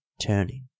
turning